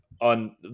on